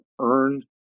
earned